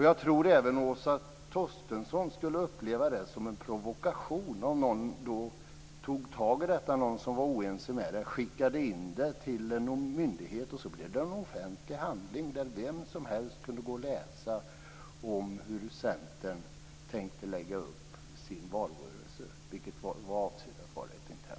Jag tror att även Åsa Torstensson skulle uppleva det som en provokation om någon som var oense med papperet tog tag i det och skickade in det till någon myndighet så att det blev en offentlig handling. Då kunde ju vem som helst gå och läsa hur Centern tänkte lägga upp sin valrörelse i ett papper som var avsett att vara internt.